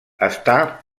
està